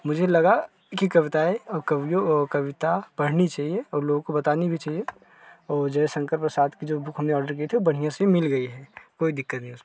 मुझे लगा कि कविताएँ कवियों कविता पढ़नी चाहिए और लोगों को बतानी भी चाहिए और जो ये शंकर प्रसाद की जो बुक हमने ऑर्डर की थी बढ़ियाँ से मिल गई है कोई दिक्कत नहीं उसे